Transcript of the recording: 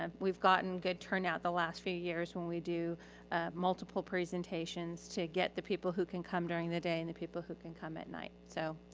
and we've gotten good turnout the last few years when we do multiple presentations to get the people who can come during the day and the people who can come at night. so,